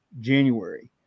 january